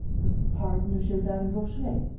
the pardon of gilbert and vaucheray?